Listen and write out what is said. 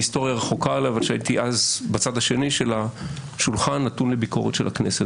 מהיסטוריה רחוקה כשהייתי אז בצד השני של השולחן נתון לביקורת של הכנסת.